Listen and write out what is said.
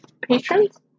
patrons